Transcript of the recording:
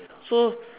so